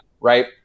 right